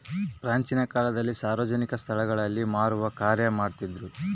ಪ್ರಾಚೀನ ಕಾಲದಲ್ಲಿ ಸಾರ್ವಜನಿಕ ಸ್ಟಳಗಳಲ್ಲಿ ಮಾರುವ ಕಾರ್ಯ ಮಾಡ್ತಿದ್ರು